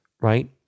right